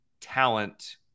talent